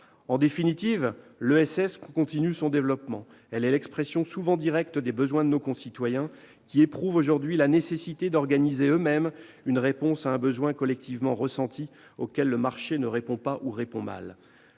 et solidaire poursuit son développement. Elle est l'expression souvent directe des besoins de nos concitoyens, qui éprouvent la nécessité d'organiser eux-mêmes une réponse à un besoin collectivement ressenti, auquel le marché ne répond pas ou répond mal.